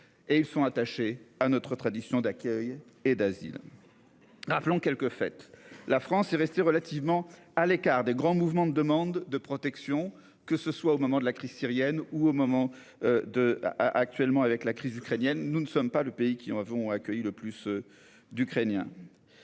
et ils sont attachés à notre tradition d'accueil et d'asile. Rappelons quelques fait la France est restée relativement à l'écart des grands mouvements de demande de protection, que ce soit au moment de la crise syrienne ou au moment. De actuellement avec la crise ukrainienne. Nous ne sommes pas le pays qui avons accueilli le plus. D'Ukrainiens.